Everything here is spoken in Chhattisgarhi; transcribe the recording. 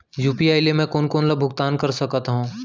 यू.पी.आई ले मैं कोन कोन ला भुगतान कर सकत हओं?